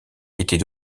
était